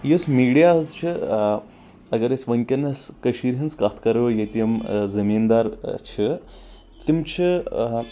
یُس میٖڈیا حظ چھُ اگر أسۍ ؤنکیٚس کٔشیٖرِ ہنٛز کتھ کرو ییٚتہِ یِم زٔمیٖندار چھِ تِم چھِ